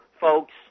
folks